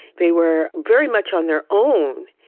they were very much on their own.